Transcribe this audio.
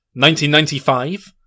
1995